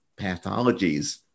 pathologies